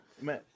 man